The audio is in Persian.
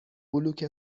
بلوک